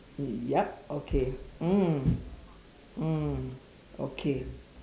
yup okay mm mm okay